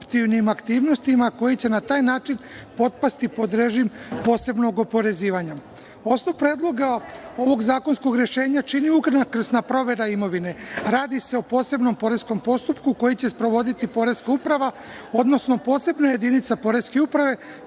koruptivnim aktivnostima koji će na taj način potpasti pod režim posebnog oporezivanja. Osnov predloga ovog zakonskog rešenja čini unakrsna provera imovine. Radi se o posebnom poreskom postupku koji će sprovoditi poreska uprava, odnosno posebna jedinica Poreske uprave